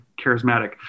charismatic